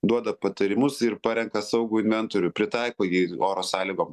duoda patarimus ir parenka saugų mentorių pritaiko jį oro sąlygom